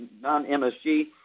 non-MSG